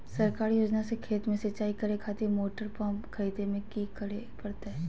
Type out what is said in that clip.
सरकारी योजना से खेत में सिंचाई करे खातिर मोटर पंप खरीदे में की करे परतय?